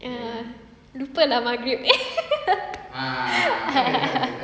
err lupa nak maghrib